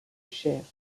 chair